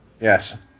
Yes